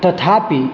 तथापि